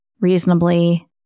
reasonably